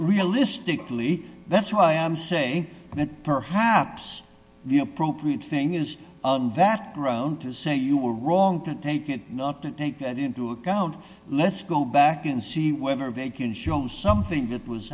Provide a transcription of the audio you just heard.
realistically that's why i'm saying that perhaps the appropriate thing is that round to say you were wrong to take it not to take that into account let's go back and see whether they can show something that was